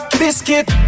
biscuit